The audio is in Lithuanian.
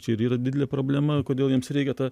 čia ir yra didelė problema kodėl jiems reikia ta